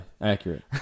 accurate